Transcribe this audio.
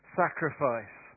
sacrifice